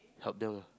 help them lah